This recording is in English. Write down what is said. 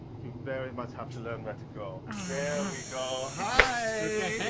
you very much have to learn where to go. there we go, hi!